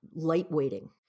lightweighting